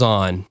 on